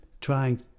trying